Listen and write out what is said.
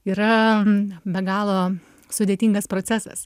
yra be galo sudėtingas procesas